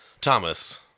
Thomas